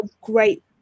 great